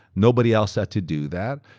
nobody else had to do that.